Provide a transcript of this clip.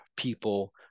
people